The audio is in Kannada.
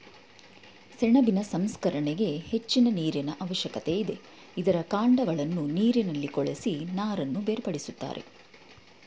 ಸೆಣಬಿನ ಸಂಸ್ಕರಣೆಗೆ ಹೆಚ್ಚಿನ ನೀರಿನ ಅವಶ್ಯಕತೆ ಇದೆ, ಇದರ ಕಾಂಡಗಳನ್ನು ನೀರಿನಲ್ಲಿ ಕೊಳೆಸಿ ನಾರನ್ನು ಬೇರ್ಪಡಿಸುತ್ತಾರೆ